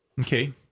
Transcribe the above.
Okay